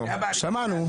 שמענו.